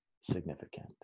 significant